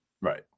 Right